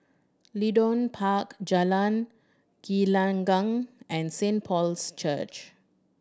Leedon Park Jalan Gelenggang and Saint Paul's Church